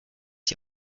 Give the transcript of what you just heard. sie